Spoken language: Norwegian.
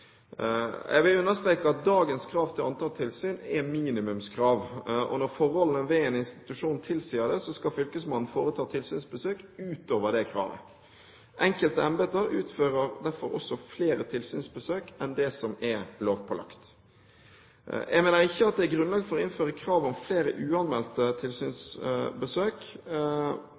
Jeg vil understreke at dagens krav til antall tilsyn er minimumskrav. Når forholdene ved en institusjon tilsier det, skal fylkesmannen foreta tilsynsbesøk utover det kravet. Enkelte embeter utfører derfor også flere tilsynsbesøk enn det som er lovpålagt. Jeg mener det ikke er grunnlag for å innføre krav om flere uanmeldte tilsynsbesøk.